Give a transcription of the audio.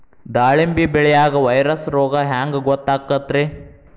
ದಾಳಿಂಬಿ ಬೆಳಿಯಾಗ ವೈರಸ್ ರೋಗ ಹ್ಯಾಂಗ ಗೊತ್ತಾಕ್ಕತ್ರೇ?